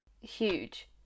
Huge